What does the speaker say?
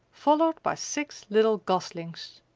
followed by six little goslings!